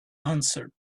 answered